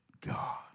God